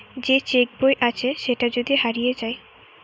যে চেক বই আছে সেটা যদি হারিয়ে যায়